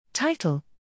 Title